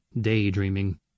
daydreaming